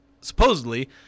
supposedly –